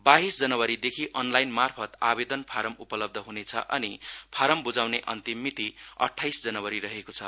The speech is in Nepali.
बाहीस जनवरीदेखि अनलाइनमार्फत आवेदन फारम उपलब्ध हुनेछ अनि फारम बुझाउने अन्तिम मिति अट्टाइस जनवरी रहेको छ